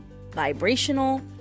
vibrational